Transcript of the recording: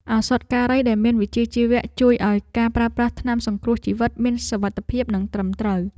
ឱសថការីដែលមានវិជ្ជាជីវៈជួយឱ្យការប្រើប្រាស់ថ្នាំសង្គ្រោះជីវិតមានសុវត្ថិភាពនិងត្រឹមត្រូវ។